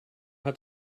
have